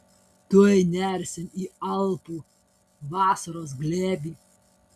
tuoj nersim į alpų vasaros glėbį